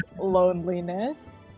loneliness